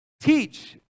teach